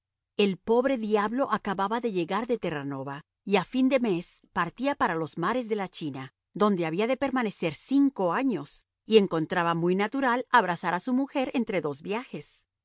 el pobre diablo acababa de llegar de terranova y a fin de mes partía para los mares de la china donde había de permanecer cinco años y encontraba muy natural abrazar a su mujer entre dos viajes